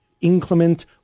inclement